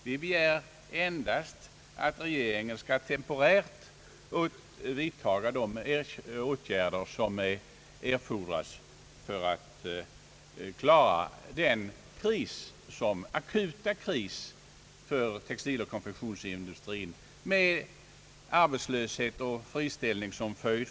Vi begär endast att regeringen temporärt skall vidta de åtgärder som erfordras för att klara den akuta krisen för i första hand textiloch konfektionsindustrin med arbetslöshet och friställning som följd.